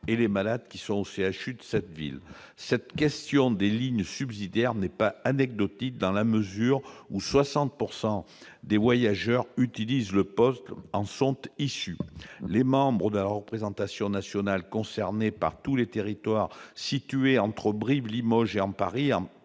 et aux malades hospitalisés au CHU de cette ville. Cette question des lignes subsidiaires n'est pas anecdotique, dans la mesure où 60 % des voyageurs utilisant le POLT en sont issus. Les membres de la représentation nationale concernés par tous les territoires situés entre Brive, Limoges et Paris,